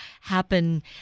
happen